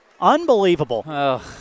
Unbelievable